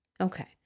Okay